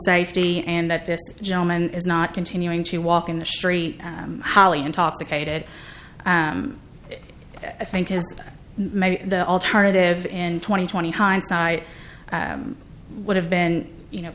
safety and that this gentleman is not continuing to walk in the street holly intoxicated i think is maybe the alternative in twenty twenty hindsight would have been you know